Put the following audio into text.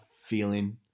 feeling